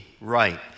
right